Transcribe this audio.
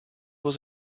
was